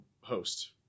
host